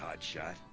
Hotshot